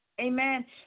Amen